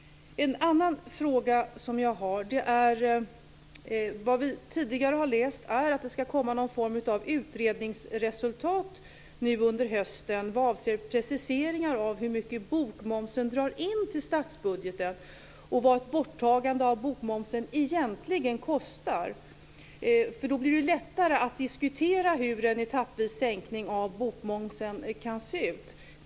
Jag har också en annan fråga. Vad vi tidigare har läst är att det ska komma någon form av utredningsresultat nu under hösten vad avser preciseringar av hur mycket bokmomsen drar in till statsbudgeten och vad ett borttagande av bokmomsen egentligen kostar. På det sättet blir det lättare att diskutera hur en etappvis sänkning av bokmomsen kan se ut.